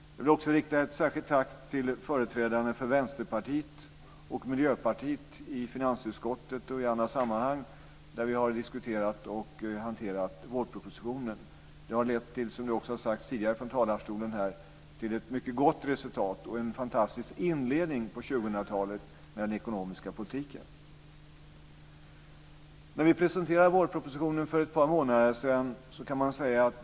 Jag vill också rikta ett särskilt tack till företrädarna för Vänsterpartiet och Miljöpartiet i finansutskottet och i andra sammanhang där vi har diskuterat och hanterat vårpropositionen. Som tidigare har sagts från talarstolen här har det lett till ett mycket gott resultat och en fantastisk inledning på 2000-talet med den ekonomiska politiken. Vi presenterade vårpropositionen för ett par månader.